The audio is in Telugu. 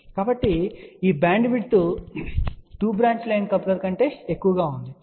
కాబట్టి ఈ బ్యాండ్విడ్త్ 2 బ్రాంచ్ లైన్ కప్లర్ కంటే ఎక్కువగా ఉందని మీరు చూడవచ్చు